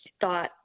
thought